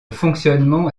fonctionnement